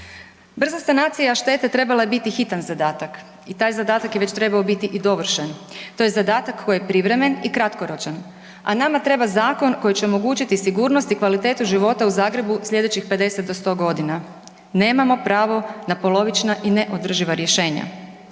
Brza sanacija štete trebala je biti hitan zadatak i taj zadatak je već trebao biti i dovršen. To je zadatak koji je privremen i kratkoročan, a nama treba zakon koji će omogućiti sigurnost i kvalitetu života u Zagrebu sljedećih 50 do 100 godina. Nemamo pravo na polovična i ne održiva rješenja.